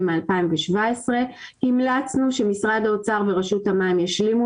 מ-2017 המלצנו שמשרד האוצר ורשות המים ישלימו